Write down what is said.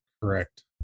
correct